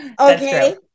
Okay